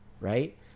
right